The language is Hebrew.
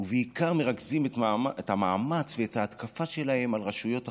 ובעיקר מרכזים את המאמץ ואת ההתקפה שלהם על רשויות החוק,